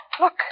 look